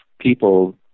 people